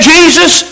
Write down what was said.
Jesus